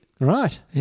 Right